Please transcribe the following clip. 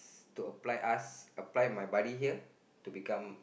to apply us apply my buddy here to become